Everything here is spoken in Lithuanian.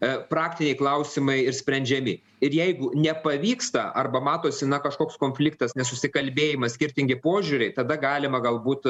praktiniai klausimai ir sprendžiami ir jeigu nepavyksta arba matosi na kažkoks konfliktas nesusikalbėjimas skirtingi požiūriai tada galima galbūt